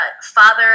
father